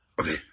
Okay